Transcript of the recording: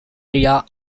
area